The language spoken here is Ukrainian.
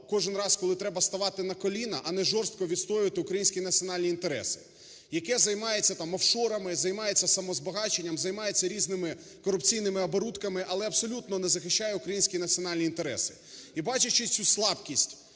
кожен раз коли треба ставати на коліна, а не жорстко відстоювати українські національні інтереси, яке займається там офшорами, займається самозбагаченням, займається різними корупційними оборудками, але абсолютно не захищає українські національні інтереси. І, бачачи цю слабкість